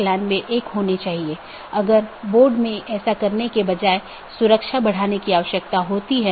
update message मूल रूप से BGP साथियों के बीच से रूटिंग जानकारी है